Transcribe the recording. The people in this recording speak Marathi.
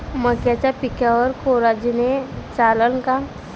मक्याच्या पिकावर कोराजेन चालन का?